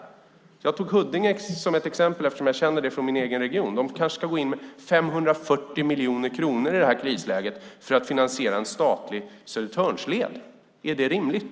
Jag tog Huddinge som exempel eftersom jag känner det från min egen region. De kanske ska gå in med 540 miljoner kronor i det här krisläget för att finansiera en statlig Södertörnsled. Är det rimligt?